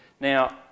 Now